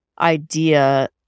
idea